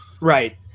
right